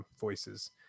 voices